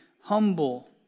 humble